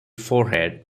forehead